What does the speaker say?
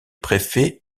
préfet